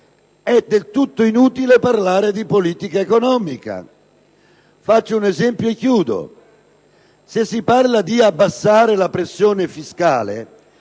è del tutto inutile parlare di politica economica. Per esempio, se si parla di abbassare la pressione fiscale,